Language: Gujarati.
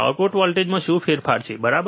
આઉટપુટ વોલ્ટેજમાં શું ફેરફાર છે બરાબર